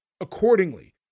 accordingly